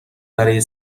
برای